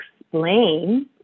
explain